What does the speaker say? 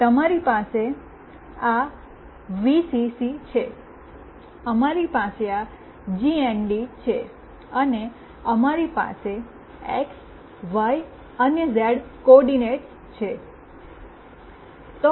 તમારી પાસે આ વીસીસી છે અમારી પાસે આ જીએનડી છે અને અમારી પાસે એક્સ વાય અને ઝેડ કોઓર્ડિનેટ્સ છે